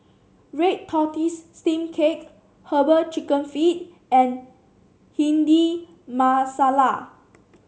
Red Tortoise Steamed Cake herbal chicken feet and Bhindi Masala